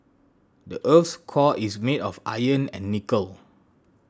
the earth's core is made of iron and nickel